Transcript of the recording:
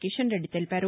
కిషన్ రెడ్డి తెలిపారు